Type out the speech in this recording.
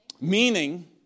Meaning